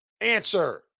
answer